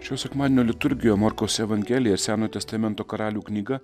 šio sekmadienio liturgija morkaus evangelija senojo testamento karalių knyga